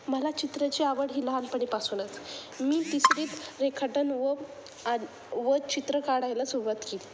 मला चित्राची आवड ही लहानपणीपासूनच मी तिसरीत रेखाटन व आ व चित्र काढायला सुरवात केली